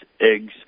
eggs